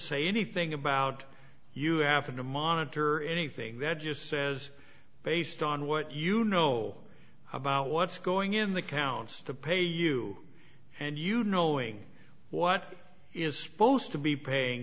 say anything about you have to monitor anything that just says based on what you know about what's going in the counts to pay you and you know ing what is spose to be paying